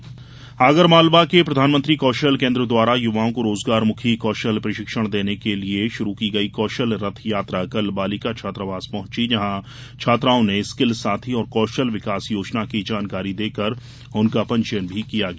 कौशल रथयात्रा आगरमालवा के प्रधानमंत्री कौषल केन्द्र द्वारा युवाओं को रोजगार मुखी कौषल प्रषिक्षण देने के लिये शुरू की गई कौषल रथयात्रा कल बालिका छात्रावास पहुंची जहां छात्राओं को स्किल साथी और कौषल विकास योजना की जानकारी देकर उनका पंजीयन भी किया गया